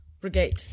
brigade